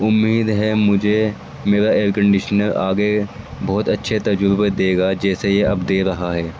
امید ہے مجھے میرا ایئر کنڈیشنر آگے بہت اچھے تجربے دے گا جیسے یہ اب دے رہا ہے